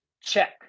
check